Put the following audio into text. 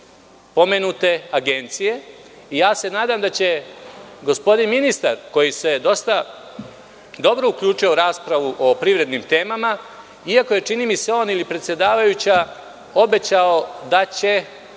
pomenute agencije. Ja se nadam da će gospodin ministar, koji se dosta dobro uključio u raspravu o privrednim temama, iako je, čini mi se, on ili predsedavajuća, obećao da će